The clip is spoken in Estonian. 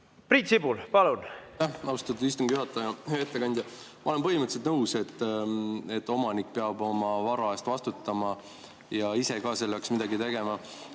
ettekandja! Ma olen põhimõtteliselt nõus, et omanik peab oma vara eest vastutama ja ise ka selleks midagi tegema.